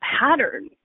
pattern